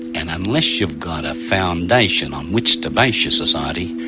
and unless you've got a foundation on which to base your society,